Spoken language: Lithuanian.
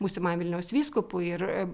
būsimajam vilniaus vyskupui ir